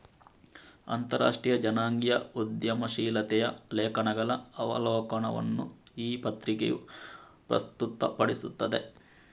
ಅಂತರರಾಷ್ಟ್ರೀಯ ಜನಾಂಗೀಯ ಉದ್ಯಮಶೀಲತೆಯ ಲೇಖನಗಳ ಅವಲೋಕನವನ್ನು ಈ ಪತ್ರಿಕೆಯು ಪ್ರಸ್ತುತಪಡಿಸುತ್ತದೆ